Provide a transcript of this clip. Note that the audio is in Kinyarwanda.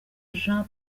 jean